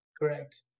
Correct